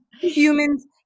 Humans